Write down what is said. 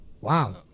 wow